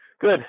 Good